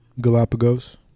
Galapagos